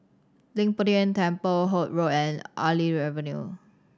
Leng Poh Tian Temple Holt Road and Artillery Avenue